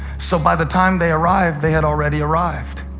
so by the time they arrived, they had already arrived.